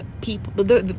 People